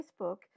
Facebook